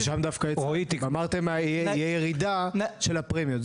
שם דווקא אמרתם שתהיה ירידה של הפרמיות.